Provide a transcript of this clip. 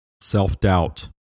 self-doubt